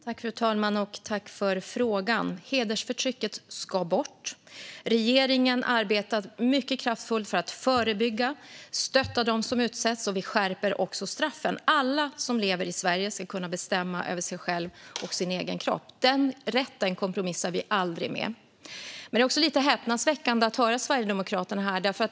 Fru talman! Tack för frågan! Hedersförtrycket ska bort. Regeringen arbetar mycket kraftfullt för att förebygga detta och stötta dem som utsätts. Vi skärper också straffen. Alla som lever i Sverige ska kunna bestämma över sig själva och sin egen kropp. Den rätten kompromissar vi aldrig med. Det är dock lite häpnadsväckande att höra Sverigedemokraterna.